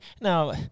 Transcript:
now